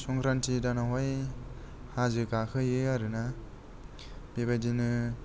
संक्रान्टि दानावहाय हाजो गाखो हैयो आरोना बेबादिनो